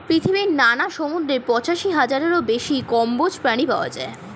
পৃথিবীর নানান সমুদ্রে পঁচাশি হাজারেরও বেশি কম্বোজ প্রাণী পাওয়া যায়